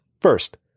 first